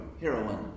heroine